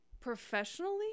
professionally